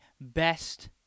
best